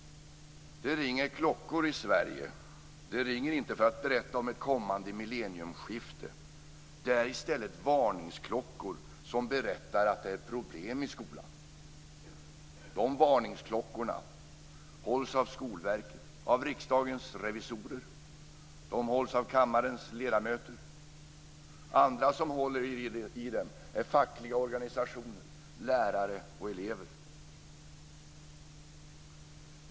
Det ringer klockor i Sverige. De ringer inte för att berätta om ett kommande millennieskifte. Det är i stället varningsklockor som berättar att det är problem i skolan. Dessa varningsklockor hålls av Skolverket, av Riksdagens revisorer och de hålls av kammarens ledamöter. Andra som håller i dem är fackliga organisationer, lärare och elever.